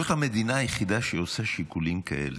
זאת המדינה היחידה שעושה שיקולים כאלה.